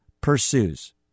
pursues